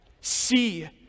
See